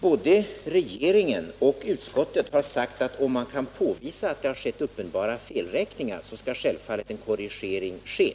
Både regeringen och utskottet har sagt, att om man kan påvisa att det har skett uppenbara felräkningar, skall självfallet en korrigering ske.